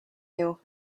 you